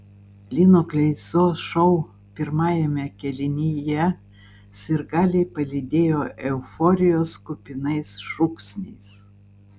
lino kleizos šou pirmajame kėlinyje sirgaliai palydėjo euforijos kupinais šūksniais